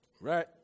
right